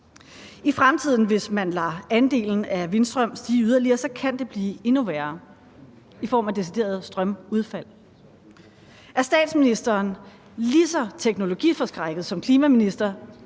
I fremtiden, hvis man lader andelen af vindstrøm stige yderligere, kan det blive endnu værre i form af deciderede strømudfald. Er statsministeren lige så teknologiforskrækket som klimaministeren,